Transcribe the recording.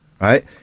right